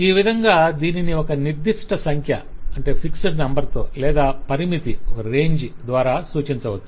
ఈ విధంగా దీనిని ఒక నిర్ధిష్ట సంఖ్య లేదా పరిమితి ద్వారా సూచించవచ్చు